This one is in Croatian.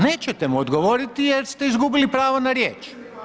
Nećete mu odgovoriti jer ste izgubili pravo na riječ.